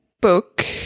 book